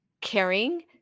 caring